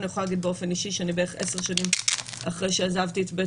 אני יכולה להגיד באופן אישי שבערך 10 שנים אחרי שעזבתי את בית